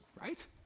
right